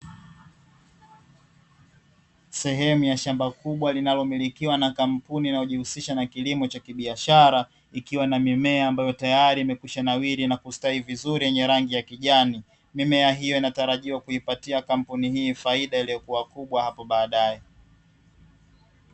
Sehemu ya shamba kubwa linalo milikiwa na kampuni inayo jihusisha na kilimo cha biashara, ikiwa na mimea ambayo tayali imekwisha nawili na kustawi vizuri yenye rangi ya kijani. Mimea hiyo inatarajiwa kuipatia kampuni hii fahida iliyo kuwa kubwa hapo baadae.